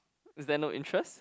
is there no interest